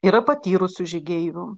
yra patyrusių žygeivių